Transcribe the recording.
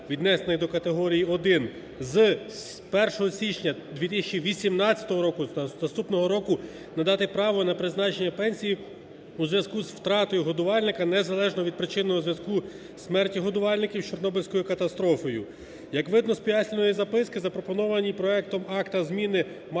віднесених до категорії 1, з 1 січня 2018 року, з наступного року надати право на призначення пенсії у зв'язку з втратою годувальника незалежно від причинного зв'язку смерті годувальників з Чорнобильською катастрофою. Як видно з пояснювальної записки, запропоновані проектом акту зміни мають